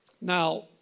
Now